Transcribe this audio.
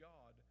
God